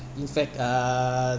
in fact uh